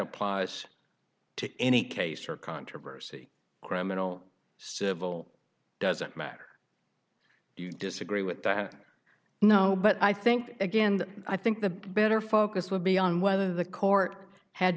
applies to any case or controversy criminal civil doesn't matter you disagree with that no but i think again i think the better focus would be on whether the court had